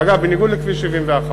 אגב, בניגוד לכביש 71,